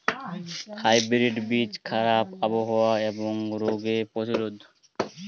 hybrid বীজ খারাপ আবহাওয়া এবং রোগে প্রতিরোধী